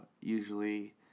usually